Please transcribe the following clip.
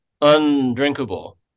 undrinkable